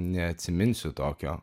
neatsiminsiu tokio